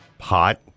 Hot